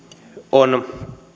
on